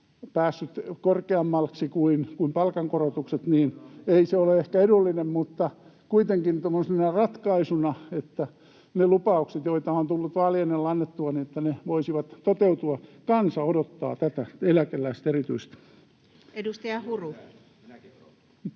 päässyt korkeammaksi kuin palkankorotukset, [Petri Hurun välihuuto] ei ole ehkä edullinen, mutta kuitenkin tuommoinen ratkaisu, niin että ne lupaukset, joita on tullut vaalien alla annettua, voisivat toteutua. Kansa odottaa tätä, eläkeläiset erityisesti.